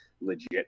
legit